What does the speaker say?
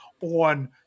on